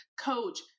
Coach